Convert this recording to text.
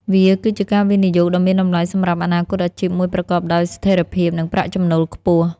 វាគឺជាការវិនិយោគដ៏មានតម្លៃសម្រាប់អនាគតអាជីពមួយប្រកបដោយស្ថិរភាពនិងប្រាក់ចំណូលខ្ពស់។